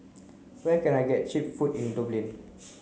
where can I get cheap food in Dublin